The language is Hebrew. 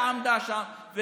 שעמדה שם,